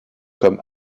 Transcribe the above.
comme